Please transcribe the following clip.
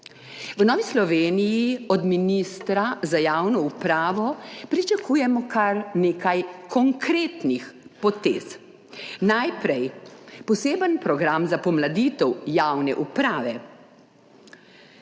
V Novi Sloveniji od ministra za javno upravo pričakujemo kar nekaj konkretnih potez. Najprej poseben program za pomladitev javne uprave.